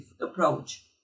approach